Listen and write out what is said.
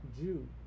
Jew